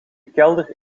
kelder